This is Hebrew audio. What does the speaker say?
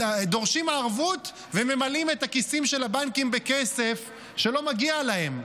דורשים ערבות וממלאים את הכיסים של הבנקים בכסף שלא מגיע להם.